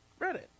Reddit